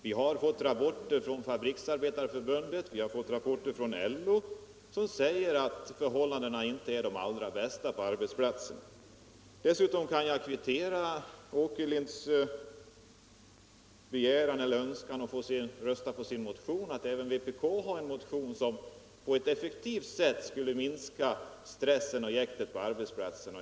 Vi har fått rapporter från Fabriksarbetareför bundet och vi har fått rapporter från LO som säger att förhållandena inte är de allra bästa på arbetsplatserna. Dessutom kan jag kvittera herr Åkerlinds önskan att få se mig rösta på hans motion med att säga att även vpk har en motion som, om den bifölls, på ett effektivt sätt skulle minska stressen och jäktet på arbetsplatserna.